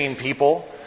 people